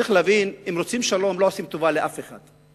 לכן צריך להבין שאם רוצים שלום לא עושים טובה לאף אחד.